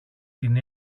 την